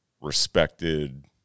respected